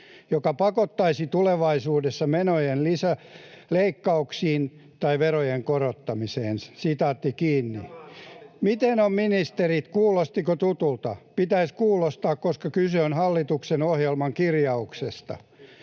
joka pakottaisi tulevaisuudessa menojen lisäleikkauksiin tai verojen korottamiseen.” [Ben Zyskowicz: Minkä maan hallituksen ohjelmasta tämä oli?] Miten on, ministerit, kuulostiko tutulta? Pitäisi kuulostaa, koska kyse on hallituksen ohjelman kirjauksesta.